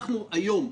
היום,